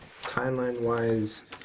Timeline-wise